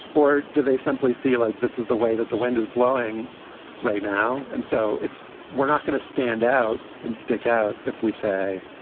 or do they simply see like this is the way that the wind is blowing right now? and so if we're not going to stand out and stick out, if we say,